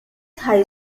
high